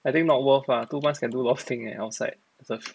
I think not worth ah two months can do a lot of thing eh outside as a